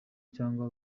cyangwa